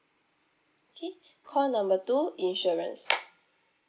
okay call number two insurance